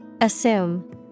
Assume